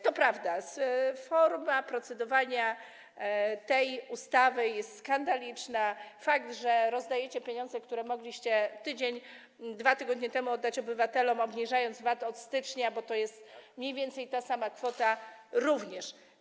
To prawda, forma procedowania tej ustawy jest skandaliczna, a fakt, że rozdajecie pieniądze, które mogliście 1 tydzień, 2 tygodnie temu oddać obywatelom, obniżając VAT od stycznia, bo to jest mniej więcej ta sama kwota, również.